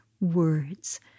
words